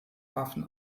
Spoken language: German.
waffen